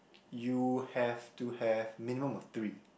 you have to have minimum of three